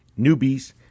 newbies